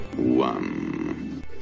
One